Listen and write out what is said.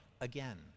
again